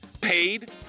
paid